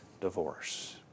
divorce